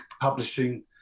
publishing